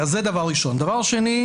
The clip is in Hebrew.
שנית,